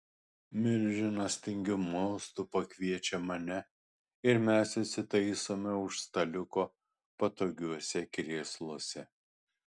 milžinas tingiu mostu pakviečia mane ir mes įsitaisome už staliuko patogiuose krėsluose